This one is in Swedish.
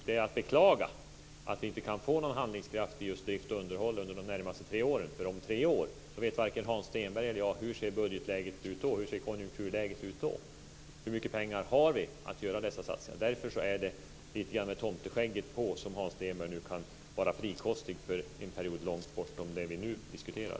Det är att beklaga att vi inte kan få någon handlingskraft i just drift och underhåll under de närmaste tre åren, för varken jag eller Hans Stenberg vet hur budgetläget och konjunkturläget ser ut om tre år, hur mycket pengar vi har till att göra dessa satsningar. Därför är det lite grann med tomteskägget på som Hans Stenberg nu kan vara frikostig för en period långt bortom den vi nu diskuterar.